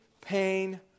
pain